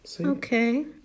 Okay